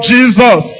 Jesus